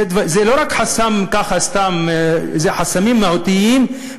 זה לא רק חסם ככה סתם, אלה חסמים מהותיים.